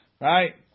Right